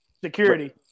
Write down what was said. security